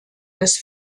des